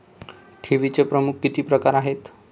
ठेवीचे प्रमुख किती प्रकार आहेत?